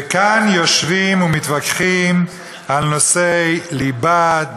וכאן יושבים ומתווכחים על נושאי ליבה,